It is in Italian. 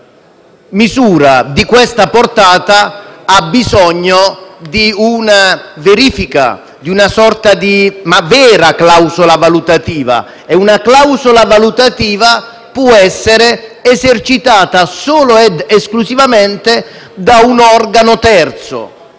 misura di questa portata, si abbia bisogno di una verifica e di una sorta di vera clausola valutativa, che può essere esercitata solo ed esclusivamente da un organo terzo;